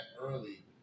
early